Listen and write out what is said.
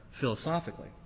philosophically